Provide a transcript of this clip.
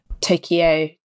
tokyo